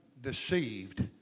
deceived